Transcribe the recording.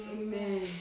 Amen